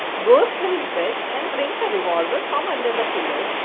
goes to his bed and brings a revolver from under the pillow,